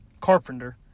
Carpenter